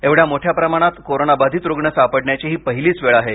एवढ्या मोठ्या प्रमाणात कोरोना बाधित रुग्ण सापडण्याची ही पहिलीच वेळ आहे